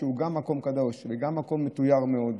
שהוא גם מקום קדוש וגם מקום מתויר מאוד,